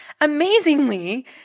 amazingly